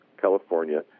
California